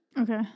Okay